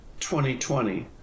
2020